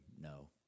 no